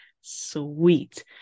sweet